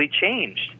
changed